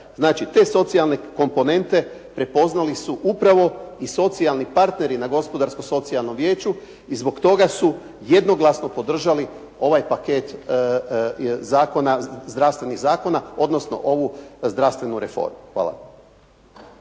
Znači, te socijalne komponente prepoznali su upravo i socijalni partneri na Gospodarsko socijalnom vijeću i zbog toga su jednoglasno podržali ovaj paket zdravstvenih zakona, odnosno ovu zdravstvenu reformu. Hvala.